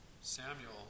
Samuel